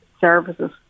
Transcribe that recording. services